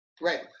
Right